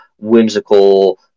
whimsical